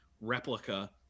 replica